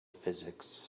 physics